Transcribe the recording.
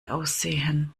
aussehen